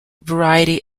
variety